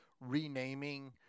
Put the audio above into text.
renaming